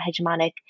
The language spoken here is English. hegemonic